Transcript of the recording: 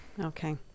Okay